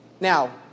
Now